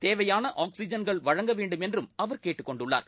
தேவையான ஆக்ஸிஜன்கள் வழங்க வேண்டும் என்றும் அவர் கேட்டுக்கொண்டுள்ளார்